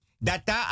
Data